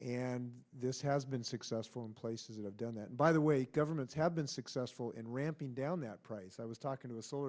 and this has been successful in places that have done that by the way governments have been successful in ramping down that price i was talking to a solar